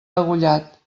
degollat